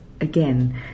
again